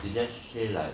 they just say like